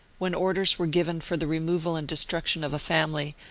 when orders were given for the removal and destruction of a family,